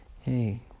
hey